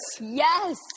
Yes